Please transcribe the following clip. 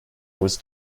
was